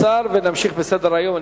אנחנו ממשיכים בסדר-היום.